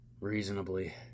reasonably